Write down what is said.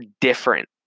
different